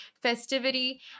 festivity